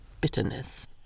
bitterness